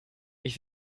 ich